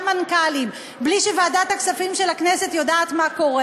מנכ"לים בלי שוועדת הכספים של הכנסת יודעת מה קורה?